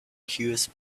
cures